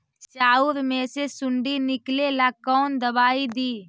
चाउर में से सुंडी निकले ला कौन दवाई दी?